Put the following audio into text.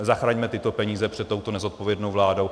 Zachraňme tyto peníze před touto nezodpovědnou vládou!